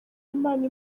imana